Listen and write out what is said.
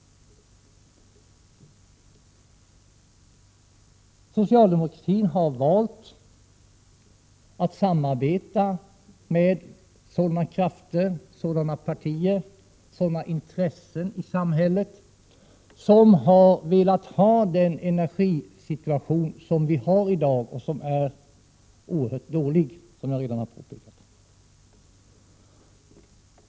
Socialdemokratin har valt att samarbeta med sådana krafter, sådana partier, sådana intressen i samhället som velat ha den energisituation som vi har i dag — och som är oerhört dålig, som jag redan har påpekat.